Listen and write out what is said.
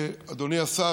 אדוני השר,